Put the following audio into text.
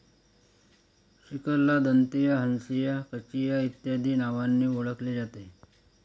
सिकलला दंतिया, हंसिया, काचिया इत्यादी नावांनी ओळखले जाते